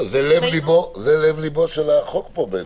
בסדר, זה לב ליבו של החוק פה בעצם.